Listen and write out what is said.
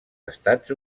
estats